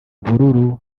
mvururu